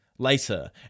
Later